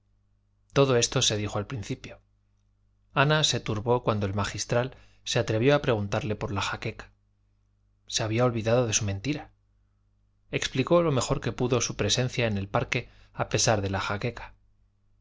todo esto se dijo al principio ana se turbó cuando el magistral se atrevió a preguntarle por la jaqueca se había olvidado de su mentira explicó lo mejor que pudo su presencia en el parque a pesar de la jaqueca